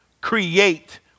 create